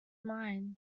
mind